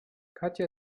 katja